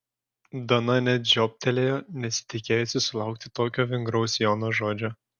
dana net žiobtelėjo nesitikėjusi sulaukti tokio vingraus jono žodžio